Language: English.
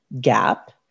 gap